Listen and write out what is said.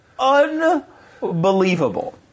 unbelievable